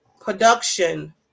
production